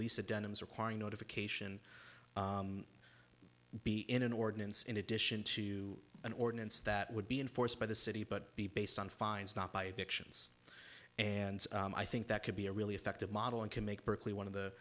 lisa denims requiring notification be in an ordinance in addition to an ordinance that would be enforced by the city but be based on fines not by addictions and i think that could be a really effective model and can make berkeley one of the